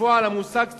בפועל המושג "ציונות"